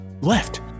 left